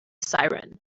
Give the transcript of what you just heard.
siren